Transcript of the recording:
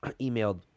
emailed